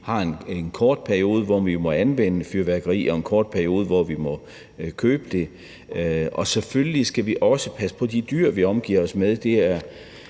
vi har en kort periode, hvor vi må anvende fyrværkeri, og en kort periode, hvor vi må købe det. Selvfølgelig skal vi også passe på de dyr, vi omgiver os med.